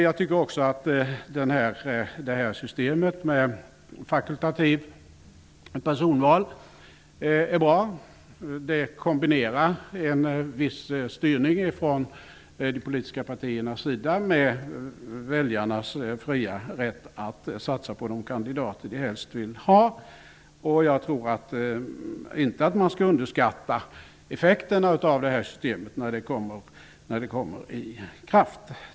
Jag tycker också att systemet med fakultativt personval är bra. Det kombinerar en viss styrning från de politiska partiernas sida med väljarnas fria rätt att satsa på de kandidater de helst vill ha. Jag tror inte att man skall underskatta effekterna av det här systemet när det träder i kraft.